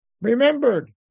remembered